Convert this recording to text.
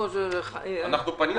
אנחנו פנינו.